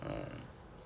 hmm